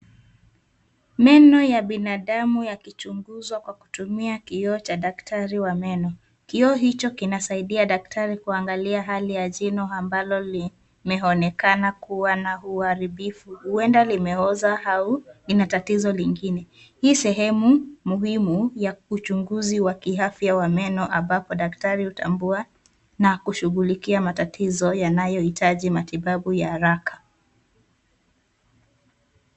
Meno ya binadamu yakichungunzwa kwa kutumia kioo cha daktari wa meno. Kioo hicho kinasaidia daktari kungalia hali ya jino ambalo linaonekana kuwa na uharibifu huenda limeoza au lina tatizo lingine. Hii sehemu muhimu ya uchunguzi wa kiafya wa meno ambapo daktari hutambua na kushughulikia matatizo yanayohitaji matibabu ya haraka.